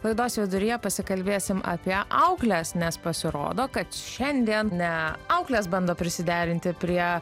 laidos viduryje pasikalbėsim apie aukles nes pasirodo kad šiandien ne auklės bando prisiderinti prie